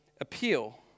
appeal